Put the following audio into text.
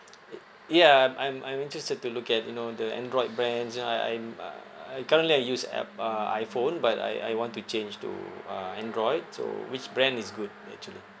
ya I'm I'm I'm interested to look at you know the android brands you know I I'm uh I currently I use app~ uh iphone but I I want to change to uh android so which brand is good actually